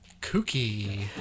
kooky